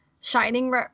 Shining